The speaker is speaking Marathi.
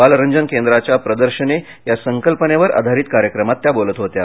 बालरंजन केंद्राच्या प्रदर्शने या संकल्पनेवर आधारित कार्यक्रमात त्या बोलत होत्या